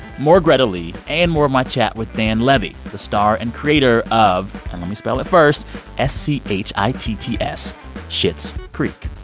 more greta lee and more of my chat with dan levy, the star and creator of and let me spell it first s c h i t t s schitt's creek.